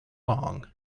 long